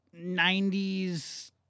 90s